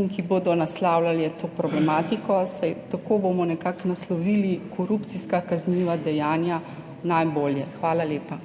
in ki bodo naslavljali to problematiko, saj tako bomo nekako naslovili korupcijska kazniva dejanja najbolje. Hvala lepa.